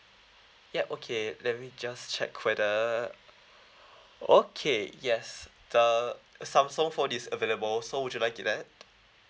ya okay let me just check whether okay yes the samsung phone is available so would you like get that